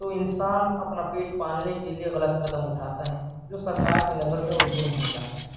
تو انسان اپنا پیٹ پالنے کے لیے غلط قدم اٹھاتا ہے جو سرکار کی نظر میں وہ جرم ہو جاتا ہے